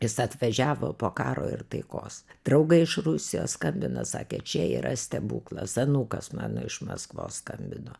jis atvažiavo po karo ir taikos draugai iš rusijos skambina sakė čia yra stebuklas anūkas mano iš maskvos skambino